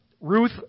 Ruth